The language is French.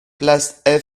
place